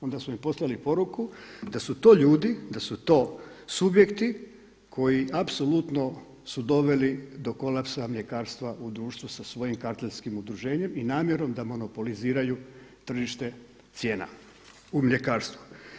Onda smo im poslali poruku da su to ljudi, da su to subjekti koji apsolutno su doveli do kolapsa mljekarstva u društvu sa svojim kartelskim udruženjem i namjerom da monopoliziraju tržište cijena u mljekarstvu.